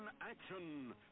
Action